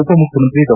ಉಪಮುಖ್ಯಮಂತ್ರಿ ಡಾ